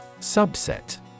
Subset